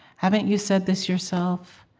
haven't you said this yourself?